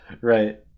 right